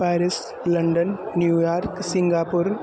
Paris London New York Singapore